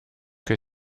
que